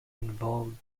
involved